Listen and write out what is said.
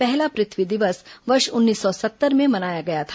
पहला पृथ्वी दिवस वर्ष उन्नीस सौ सत्तर में मनाया गया था